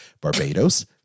Barbados